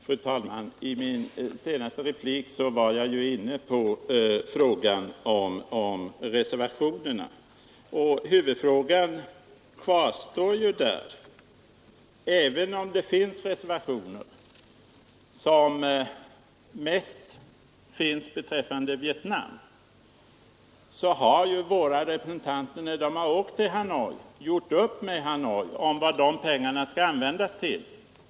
Fru talman! I min senaste replik var jag ju inne på reservationerna. Huvudfrågan kvarstår där. Även om det finns reservationer — vilka mest gäller Vietnam — så har våra representanter när de åkt till Hanoi gjort upp med Hanoi om vad de pengarna skall användas till.